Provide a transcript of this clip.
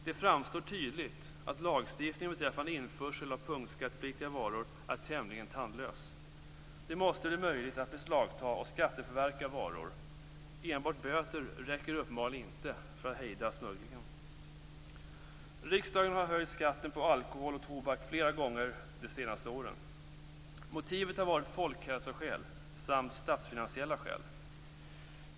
Det framstår tydligt att lagstiftningen beträffande införsel av punktskattepliktiga varor är tämligen tandlös. Det måste bli möjligt att beslagta och skatteförverka varor. Enbart böter räcker uppenbarligen inte för att man skall kunna hejda smugglingen. Riksdagen har höjt skatten på alkohol och tobak flera gånger de senaste åren av folkhälsoskäl och statsfinansiella skäl.